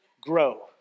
grow